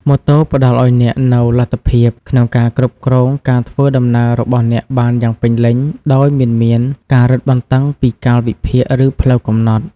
ម៉ូតូផ្តល់ឱ្យអ្នកនូវលទ្ធភាពក្នុងការគ្រប់គ្រងការធ្វើដំណើររបស់អ្នកបានយ៉ាងពេញលេញ ដោយមិនមានការរឹតបន្តឹងពីកាលវិភាគ ឬផ្លូវកំណត់។